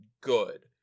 good